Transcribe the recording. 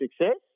success